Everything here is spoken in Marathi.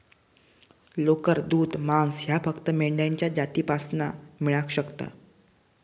लोकर, दूध, मांस ह्या फक्त मेंढ्यांच्या जातीपासना मेळाक शकता